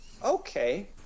Okay